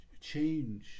change